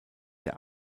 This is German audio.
der